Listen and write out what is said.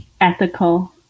Ethical